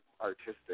artistic